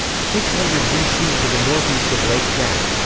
six hundred bc to the northeast of lake chad.